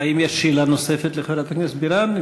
האם יש שאלה נוספת לחברת הכנסת בירן?